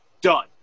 done